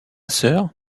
sœur